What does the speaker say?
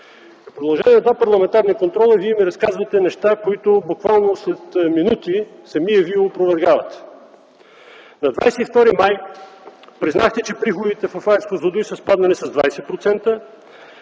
В продължение на два парламентарни контрола Вие ми разказвате неща, които буквално след минути самият Вие опровергавате. На 22 май признахте, че приходите в АЕЦ „Козлодуй” са спаднали с 20%,